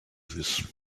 this